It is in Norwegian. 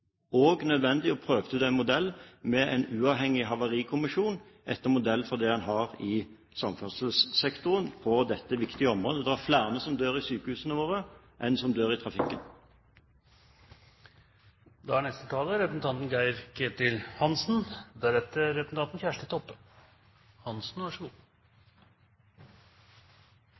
nødvendig å prøve ut en modell med en uavhengig kommisjon etter modell av havarikommisjonen en har i samferdselssektoren på dette viktige området. Det er flere som dør i sykehusene våre enn som dør i trafikken.